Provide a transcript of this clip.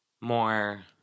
more